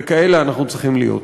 וכאלה אנחנו צריכים להיות.